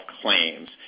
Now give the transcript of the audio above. claims